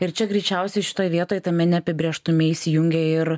ir čia greičiausiai šitoj vietoj tame neapibrėžtume įsijungia ir